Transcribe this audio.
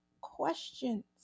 questions